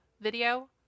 video